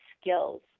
skills